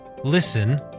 Listen